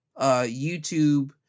YouTube